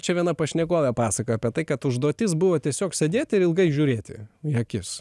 čia viena pašnekovė pasakojo apie tai kad užduotis buvo tiesiog sėdėti ir ilgai žiūrėti į akis